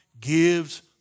gives